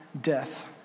death